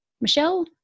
Michelle